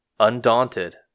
Undaunted